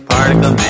Particle